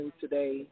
today